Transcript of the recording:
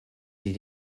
sie